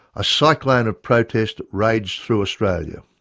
a cyclone of protest raged through australia.